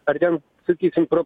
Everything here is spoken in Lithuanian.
ar ten sakysim pro